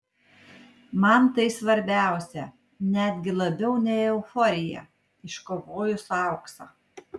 man tai svarbiausia netgi labiau nei euforija iškovojus auksą